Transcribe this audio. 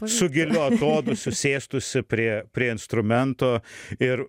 su giliu atodūsiu sėstųsi prie prie instrumento ir